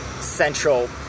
central